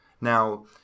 Now